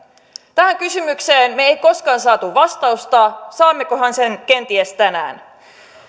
tähän kysymykseen me emme koskaan saaneet vastausta saammekohan sen kenties tänään